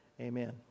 Amen